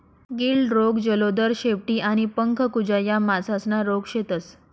गिल्ड रोग, जलोदर, शेपटी आणि पंख कुजा या मासासना रोग शेतस